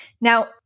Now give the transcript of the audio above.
Now